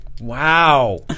Wow